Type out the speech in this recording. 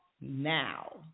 now